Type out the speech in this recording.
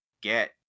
get